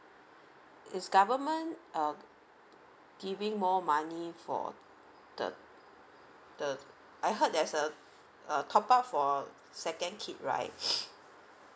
is government um giving more money for the the I heard there's a a top up for second kid right